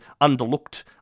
underlooked